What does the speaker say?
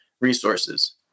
resources